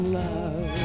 love